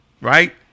right